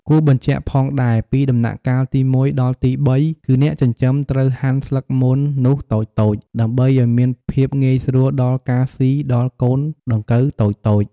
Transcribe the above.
គួរបញ្ជាក់ផងដែរ ពីដំណាក់កាលទី១ ដល់ទី៣ គឺអ្នកចិញ្ចឹមត្រូវហាន់ស្លឹកមននោះតូចៗ ដើម្បីអោយមានភាពងាយស្រួលដល់ការស៊ីដល់កូនដង្កូវតូចៗ។